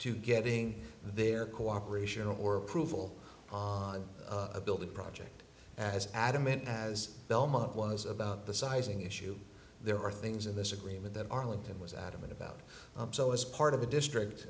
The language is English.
to getting their cooperation or approval on a building project as adamant has belmont was about the sizing issue there are things in this agreement that arlington was adamant about so as part of the district